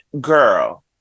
girl